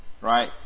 right